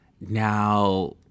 Now